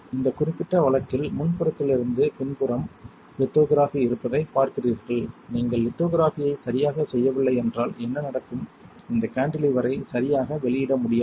இந்த குறிப்பிட்ட வழக்கில் முன்புறத்திலிருந்து பின்புறம் லித்தோகிராஃபி இருப்பதைப் பார்க்கிறீர்கள் நீங்கள் லித்தோகிராஃபியை சரியாகச் செய்யவில்லை என்றால் என்ன நடக்கும் இந்த கான்டிலீவரை சரியாக வெளியிட முடியாது